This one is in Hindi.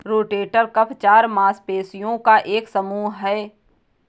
रोटेटर कफ चार मांसपेशियों का एक समूह है